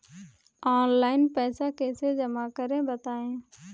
Online पैसा कैसे जमा करें बताएँ?